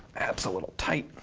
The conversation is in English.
that's a little tight,